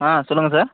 ஆ சொல்லுங்கள் சார்